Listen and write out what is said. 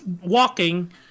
walking